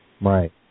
Right